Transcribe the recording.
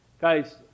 Guys